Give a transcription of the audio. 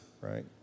right